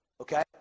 Okay